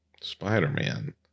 spider-man